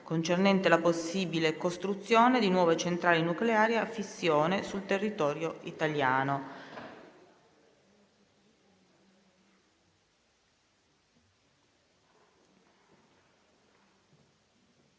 finestra") sulla possibile costruzione di nuove centrali nucleari a fissione sul territorio italiano.